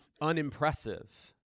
unimpressive